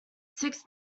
six